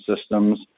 systems